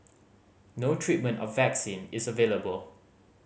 no treatment or vaccine is available